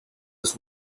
his